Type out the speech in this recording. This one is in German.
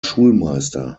schulmeister